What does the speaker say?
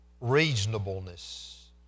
reasonableness